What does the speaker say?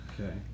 Okay